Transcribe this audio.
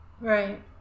right